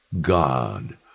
God